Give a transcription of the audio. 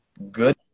good